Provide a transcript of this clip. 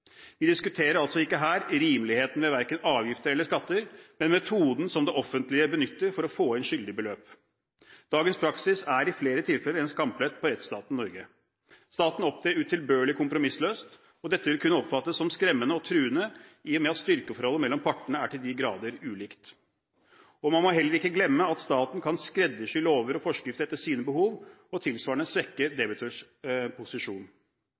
Vi diskuterer altså ikke her rimeligheten ved verken avgifter eller skatter, men metoden som det offentlige benytter for å få inn skyldig beløp. Dagens praksis er i flere tilfeller en skamplett på rettsstaten Norge. Staten opptrer utilbørlig kompromissløst, og dette vil kunne oppfattes som skremmende og truende, i og med at styrkeforholdet mellom partene er til de grader ulikt. Man må heller ikke glemme at staten kan skreddersy lover og forskrifter etter sine behov, og tilsvarende svekke debitors posisjon.